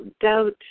doubt